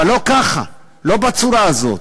אבל לא ככה, לא בצורה הזאת.